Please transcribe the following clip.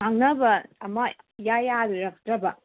ꯉꯥꯡꯅꯕ ꯑꯃ ꯏꯌꯥ ꯌꯥꯔꯛꯇ꯭ꯔꯕ